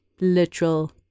literal